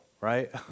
right